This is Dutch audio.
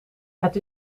het